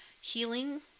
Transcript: healing